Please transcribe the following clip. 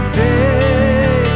day